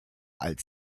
als